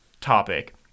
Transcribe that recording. topic